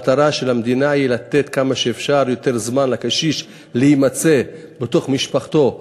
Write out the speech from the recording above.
המטרה של המדינה היא לתת כמה שאפשר יותר זמן לקשיש להימצא בתוך משפחתו,